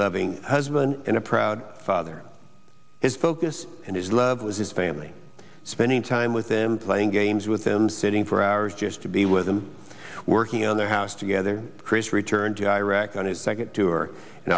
loving husband and a proud father his focus and his love with his family spending time with them playing games with him sitting for hours just to be with them working on their house together chris returned to iraq on his second tour in